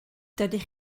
dydych